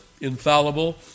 infallible